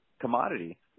commodity